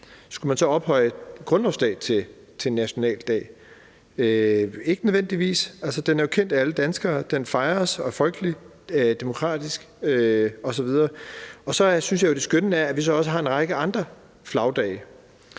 Skulle man så ophøje grundlovsdag til nationaldag? Ikke nødvendigvis. Den er jo kendt af alle danskere; den fejres og er folkelig, demokratisk osv. Og så synes jeg jo, at det skønne er, at vi også har en række andre flagdage.